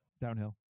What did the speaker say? downhill